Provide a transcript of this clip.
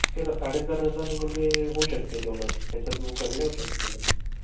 ठीक आहे साडेचार हजारमध्ये होऊ शकते तेवढं त्याच्यातून कमी नाही होऊ शकत मॅडम